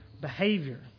behavior